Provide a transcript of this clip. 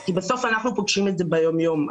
כי בסוף אנחנו פוגשים את זה ביום יום.